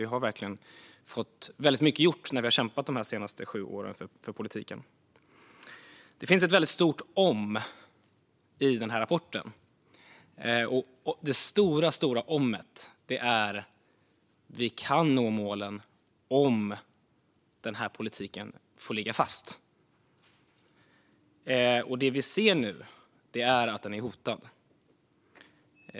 Vi har verkligen fått väldigt mycket gjort när vi har kämpat de senaste sju åren för politiken. Det finns ett väldigt stort om i rapporten. Det stora om:et är att vi kan nå målen om den här politiken får ligga fast. Det vi ser nu är att den är hotad.